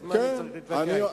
אז מה אני צריך להתווכח אתו?